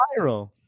viral